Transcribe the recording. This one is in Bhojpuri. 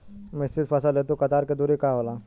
मिश्रित फसल हेतु कतार के दूरी का होला?